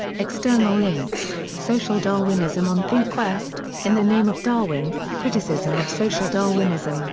external links social darwinism on thinkquest in the name of darwin criticism of social darwinism